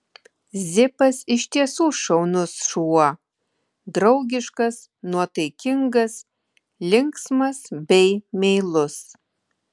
zipas iš tiesų šaunus šuo draugiškas nuotaikingas linksmas bei meilus